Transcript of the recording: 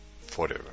forever